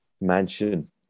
mansion